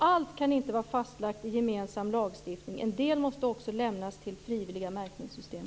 Allt kan inte vara fastlagt i gemensam lagstiftning. En del måste också lämnas till frivilliga märkningssystem.